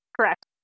Correct